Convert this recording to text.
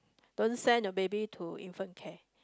don't sent your baby to infant care